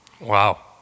Wow